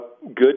Good